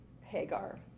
Hagar